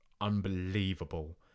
unbelievable